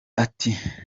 ati